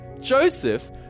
Joseph